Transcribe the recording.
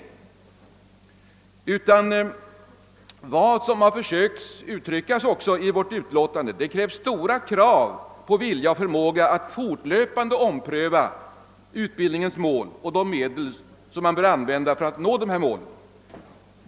Vi har också i utskottsutlåtandet försökt ge uttryck för uppfattningen, att det ställs stora krav på viljan och förmågan att fortlöpande ompröva utbildningens mål och de medel som man bör använda för att nå de målen.